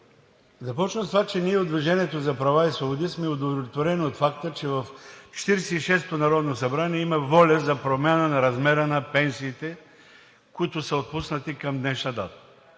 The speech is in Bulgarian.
Започвам с това, че ние от „Движението за права и свободи“ сме удовлетворени от факта, че в 46-ото народно събрание има воля за промяна на размера на пенсиите, които са отпуснати към днешна дата.